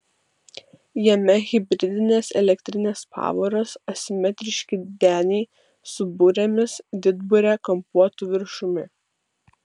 jame hibridinės elektrinės pavaros asimetriški deniai su burėmis didburė kampuotu viršumi